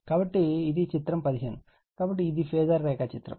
కాబట్టి ఇది చిత్రం 15 కాబట్టి ఇది ఫేజార్ రేఖాచిత్రం